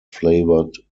flavored